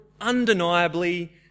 undeniably